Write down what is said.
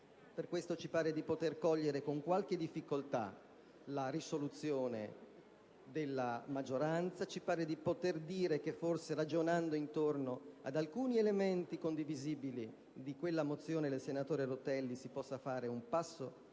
Per questo ci pare di poter cogliere con qualche difficoltà la proposta di risoluzione della maggioranza; ci pare di poter dire che, forse, ragionando intorno ad alcuni elementi condivisibili della mozione del senatore Rutelli, si possa fare un passo